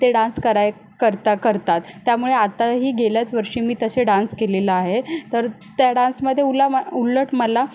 ते डान्स कराय करता करता त्यामुळे आत्ताही गेल्याच वर्षी मी तसे डान्स केलेला आहे तर त्या डान्समध्ये उलामा उलट मला